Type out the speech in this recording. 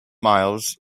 miles